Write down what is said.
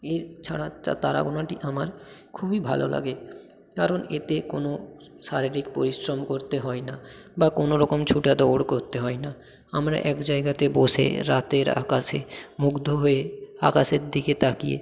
এছাড়া তারা গোনাটি আমার খুবই ভালো লাগে কারণ এতে কোনো শারীরিক পরিশ্রম করতে হয় না বা কোনো রকম ছুটা দৌড় করতে হয় না আমরা এক জায়গাতে বসে রাতের আকাশে মুগ্ধ হয়ে আকাশের দিকে তাকিয়ে